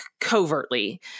covertly